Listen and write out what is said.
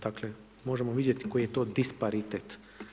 Dakle, možemo vidjeti koji je to disparitet.